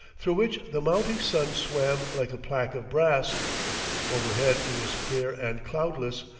through which the mounting sun swam like a plaque of brass overhead it was clear and cloudless,